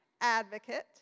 advocate